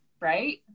Right